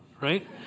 right